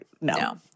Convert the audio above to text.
No